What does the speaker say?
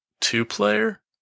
two-player